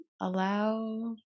allow